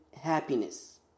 happiness